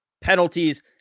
penalties